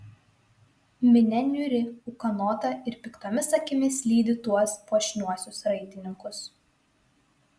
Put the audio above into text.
minia niūri ūkanota ir piktomis akimis lydi tuos puošniuosius raitininkus